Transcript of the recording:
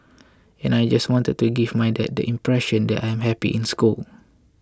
and I just wanted to give my dad the impression that I'm happy in school